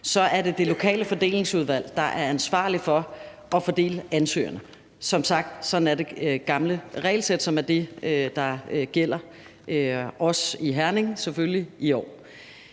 så er det det lokale fordelingsudvalg, der er ansvarlig for at fordele ansøgerne. Sådan er det gamle regelsæt som sagt, som selvfølgelig også